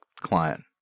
client